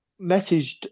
messaged